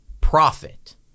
Profit